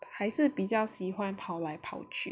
还是比较喜欢跑来跑去